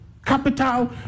Capital